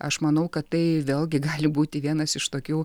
aš manau kad tai vėlgi gali būti vienas iš tokių